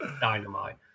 dynamite